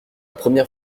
première